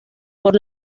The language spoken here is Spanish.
por